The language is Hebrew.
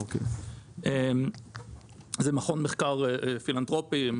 זה מכון מחקר פילנתרופי,